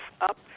up